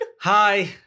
Hi